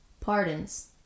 Pardons